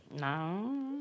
no